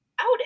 out